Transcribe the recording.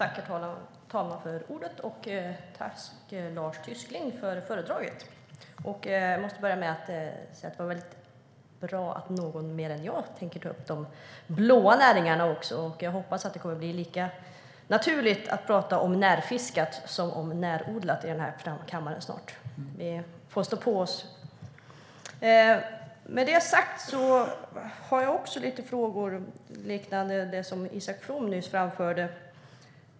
Herr talman! Tack, Lars Tysklind, för ditt anförande! Jag måste börja med att säga att det var väldigt bra att någon mer än jag tänker ta upp även de blå näringarna, och jag hoppas att det kommer att bli lika naturligt att tala om närfiskat som om närodlat i den här kammaren snart. Vi får stå på oss. Med detta sagt har jag också lite frågor liknande dem som Isak From nyss framförde.